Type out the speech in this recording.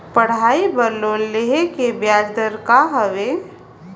पढ़ाई बर लोन लेहे के ब्याज दर का हवे?